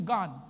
God